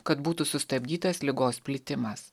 kad būtų sustabdytas ligos plitimas